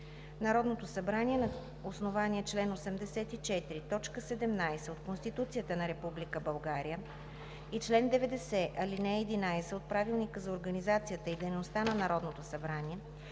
Народното събрание на основание чл. 84, т. 17 от Конституцията на Република България и чл. 90, ал. 11 от Правилника за организацията и дейността на Народното събрание